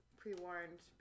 pre-warned